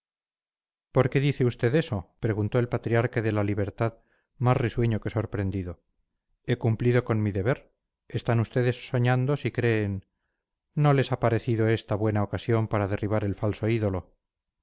qué dice usted eso preguntó el patriarca de la libertad más risueño que sorprendido he cumplido con mi deber están ustedes soñando si creen no les ha parecido ésta buena ocasión para derribar el falso ídolo